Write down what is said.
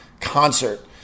concert